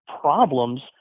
problems